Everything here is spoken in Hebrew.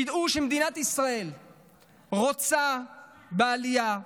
שידעו שמדינת ישראל רוצה בעלייה,